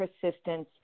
persistence